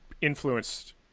influenced